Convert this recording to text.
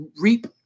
reap